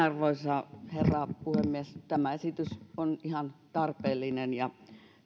arvoisa herra puhemies tämä esitys on ihan tarpeellinen ja on